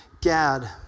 Gad